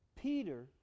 Peter